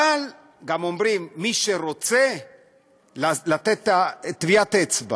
אבל גם אומרים: מי שרוצה לתת טביעת אצבע